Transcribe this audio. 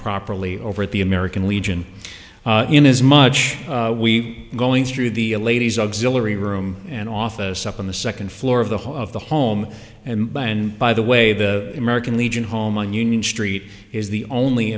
properly over at the american legion in as much we going through the ladies auxilary room and office up on the second floor of the hall of the home and by and by the way the american legion home on union street is the only